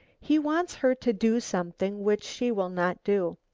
he wants her to do something which she will not do.